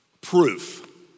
proof